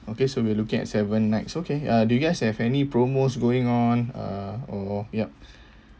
okay so we're looking at seven nights okay uh do you guys have any promos going on uh or yup